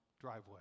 driveway